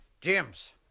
James